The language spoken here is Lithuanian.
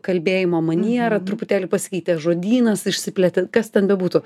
kalbėjimo maniera truputėlį pasikeitė žodynas išsiplėtė kas ten bebūtų